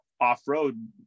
off-road